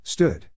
Stood